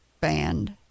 band